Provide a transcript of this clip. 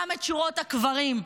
גם את שורות הקברים,